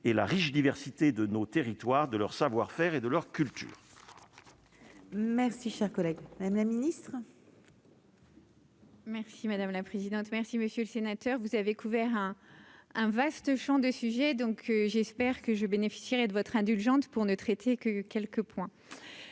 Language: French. et la riche diversité de nos territoires de leur savoir-faire et de leur culture. Merci. Collègue, Madame la Ministre. Merci madame la présidente, merci monsieur le sénateur, vous avez couvert, hein, un vaste Champ des sujets, donc j'espère que je bénéficierais de votre indulgente pour ne traiter que quelques points